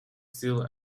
still